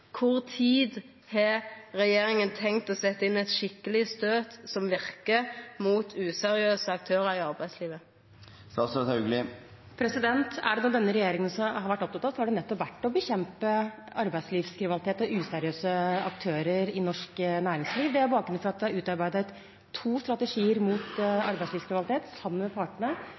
tid har regjeringa tenkt å setja inn ein skikkeleg støyt, som verkar, mot useriøse aktørar i arbeidslivet? Er det noe denne regjeringen har vært opptatt av, så er det nettopp å bekjempe arbeidslivskriminalitet og useriøse aktører i norsk næringsliv. Det er bakgrunnen for at vi har utarbeidet to strategier mot arbeidslivskriminalitet sammen med partene